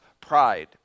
pride